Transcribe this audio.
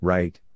Right